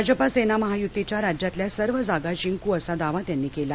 भाजपा सेना महायुतीच्या राज्यातल्या सर्व जागा जिंकू असा दावा त्यांनी केला